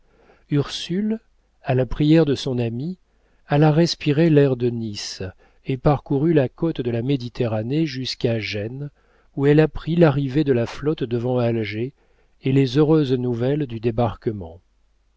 ursule à la prière de son ami alla respirer l'air de nice et parcourut la côte de la méditerranée jusqu'à gênes où elle apprit l'arrivée de la flotte devant alger et les heureuses nouvelles du débarquement